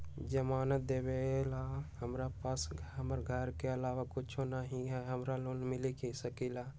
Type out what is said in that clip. जमानत देवेला हमरा पास हमर घर के अलावा कुछो न ही का हमरा लोन मिल सकई ह?